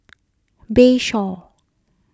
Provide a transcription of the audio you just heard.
Bayshore